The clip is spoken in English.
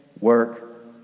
work